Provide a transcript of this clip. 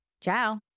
Ciao